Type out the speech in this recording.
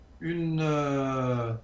une